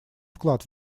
вклад